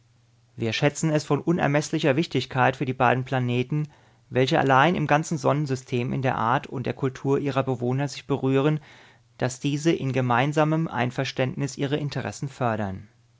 wir schätzen es von unermeßlicher wichtigkeit für die beiden planeten welche allein im ganzen sonnensystem in der art und der kultur ihrer bewohner sich berühren daß diese in gemeinsamem einverständnis ihre interessen fördern